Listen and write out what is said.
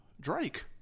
Drake